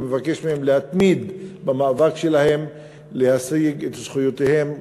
ומבקש מהם להתמיד במאבק שלהם להשגת זכויותיהם,